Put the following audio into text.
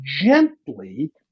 gently